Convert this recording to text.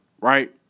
right